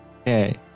Okay